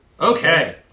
Okay